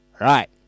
Right